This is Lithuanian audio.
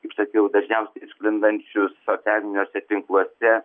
kaip sakiau dažniausiai sklindančius socialiniuose tinkluose